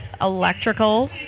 electrical